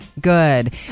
Good